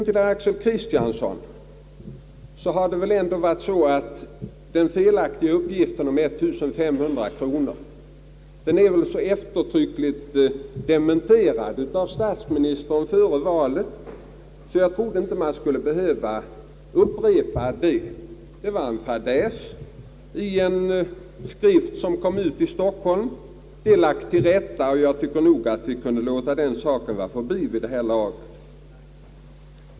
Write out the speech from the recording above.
Till herr Axel Kristiansson vill jag säga att den felaktiga uppgiften om 1500 kronor blev så eftertryckligt dementerad av statsministern före valet att jag inte trodde att man skulle behöva upprepa dementien. Det var en fadäs i en publikation som kom ut i Stockholm, saken har lagts till rätta, och jag tycker nog att vi kunde låta den vara förbi vid det här laget.